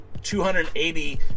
280